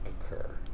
occur